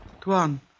Tuan